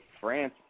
France